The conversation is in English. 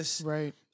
Right